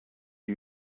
you